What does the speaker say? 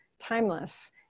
timeless